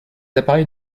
appareils